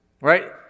Right